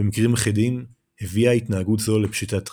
במקרים אחדים הביאה התנהגות זו לפשיטת רגל.